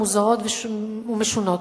מוזרות ומשונות.